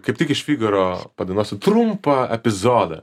kaip tik iš figaro padainuosiu trumpą epizodą